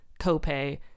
copay